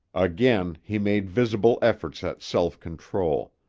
again he made visible efforts at self-control.